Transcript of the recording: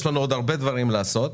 יש לנו עוד הרבה דברים לעשות,